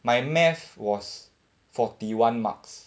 my math was forty one marks